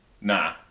Nah